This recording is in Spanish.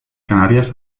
canarias